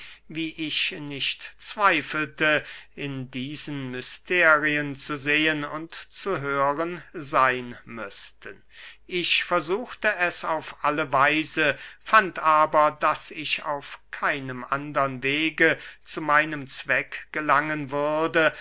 wie ich nicht zweifelte in diesen mysterien zu sehen und zu hören seyn müßten ich versuchte es auf alle weise fand aber daß ich auf keinem andern wege zu meinem zweck gelangen würde